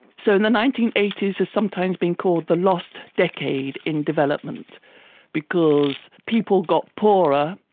so and the nineteen eighty s has sometimes been called the lost decade in development because people got poorer,